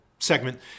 segment